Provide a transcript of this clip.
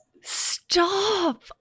stop